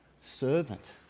servant